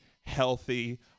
healthy